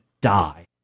die